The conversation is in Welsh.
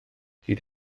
hyd